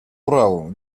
праву